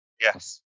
Yes